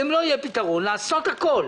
ואם לא יהיה פתרון לעשות הכול